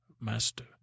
master